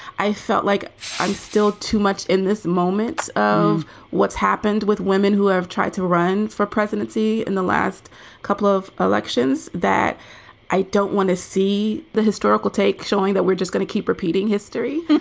i felt like i'm still too much in this moment of what's happened with women who have tried to run for presidency in the last couple of elections that i don't want to see the historical take showing that we're just going to keep repeating history